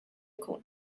jkun